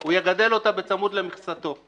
הוא יגדל אותה בצמוד למכסתו.